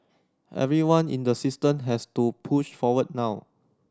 everyone in the system has to push forward now